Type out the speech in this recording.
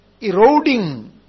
eroding